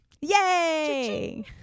Yay